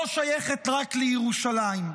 לא שייכת רק לירושלים.